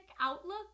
outlook